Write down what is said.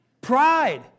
Pride